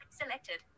selected